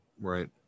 Right